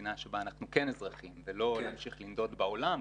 במדינה שבה אנחנו כן אזרחים ולא להמשיך לנדוד בעולם,